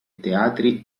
teatri